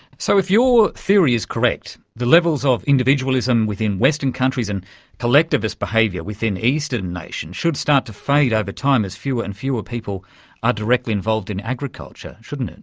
so if your theory is correct, the levels of individualism within western countries and collectivist behaviour within eastern nations should start to fade over time as fewer and fewer people are directly involved in agriculture, shouldn't it.